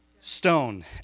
Stone